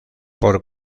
por